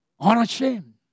Unashamed